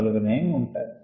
మొదలగునవి ఉంటాయి